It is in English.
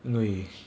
因为